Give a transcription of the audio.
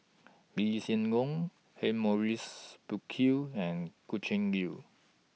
Lee Hsien Yang Humphrey Morrison Burkill and Gretchen Liu